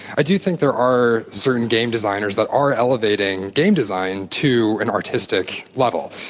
i do think there are certain game designers that are elevating game design to an artistic level.